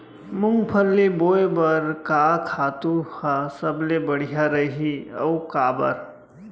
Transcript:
मूंगफली बोए बर का खातू ह सबले बढ़िया रही, अऊ काबर?